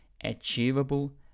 achievable